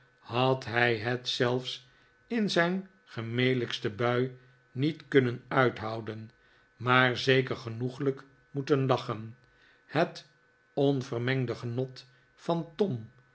had hij het zelfs in zijn gemelijkste bui niet kunnen uithouden maar zeker genoeglijk moeten lachen het onvermengde genot van tom